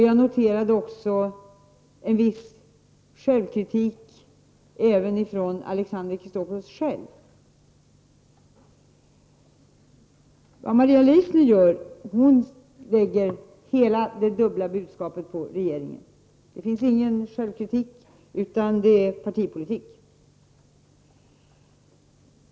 Jag noterade också en viss självkritik även från Alexander Chrisopoulos själv. Maria Leissner lägger hela ansvaret när det gäller talet om dubbla budskap på regeringen. Det finns ingen självkritik från det hållet, utan det är fråga om partipolitik.